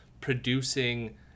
producing